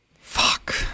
Fuck